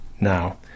now